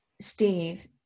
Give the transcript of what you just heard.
Steve